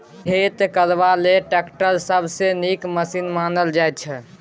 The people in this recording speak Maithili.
खेती करबा लेल टैक्टर सबसँ नीक मशीन मानल जाइ छै